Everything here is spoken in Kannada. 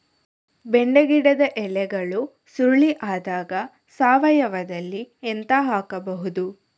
ಬೆಂಡೆ ಗಿಡದ ಎಲೆಗಳು ಸುರುಳಿ ಆದಾಗ ಸಾವಯವದಲ್ಲಿ ಎಂತ ಹಾಕಬಹುದು?